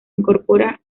incorpora